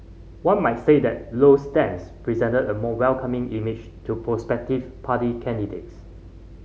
one might say that Lowe's stance presented a more welcoming image to prospective party candidates